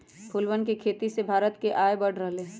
फूलवन के खेती से भारत के आय बढ़ रहले है